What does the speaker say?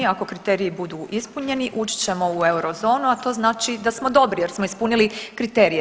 Ako kriteriji budu ispunjeni ući ćemo u euro zonu, a to znači da smo dobri jer smo ispunili kriterije.